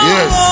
Yes